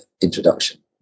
introduction